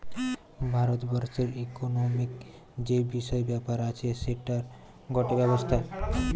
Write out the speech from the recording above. ভারত বর্ষের ইকোনোমিক্ যে বিষয় ব্যাপার আছে সেটার গটে ব্যবস্থা